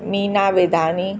Neena Vidhani